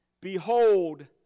Behold